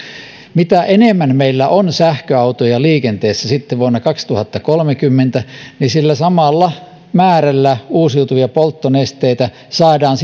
mitä enemmän meillä on sähköautoja liikenteessä vuonna kaksituhattakolmekymmentä sitä korkeampi seosprosentti polttomoottorien käyttöön sillä samalla määrällä uusiutuvia polttonesteitä saadaan